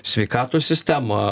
sveikatos sistemą